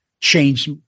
Change